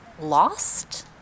lost